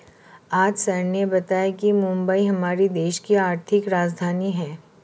आज सर ने बताया कि मुंबई हमारे देश की आर्थिक राजधानी है